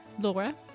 Laura